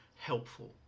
helpful